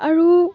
আৰু